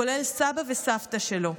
כולל סבא וסבתא שלו,